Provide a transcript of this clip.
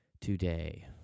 today